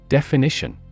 Definition